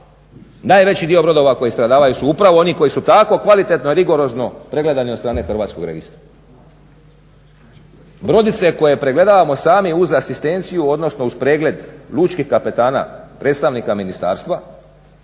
najveći dio brodova koji stradavaju su upravo oni koji su tako kvalitetno i rigorozno pregledani od strane Hrvatskog registra. Brodice koje pregledavamo sami uz asistenciju, odnosno uz pregled lučkih kapetana predstavnika ministarstva